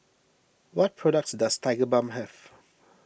what products does Tigerbalm have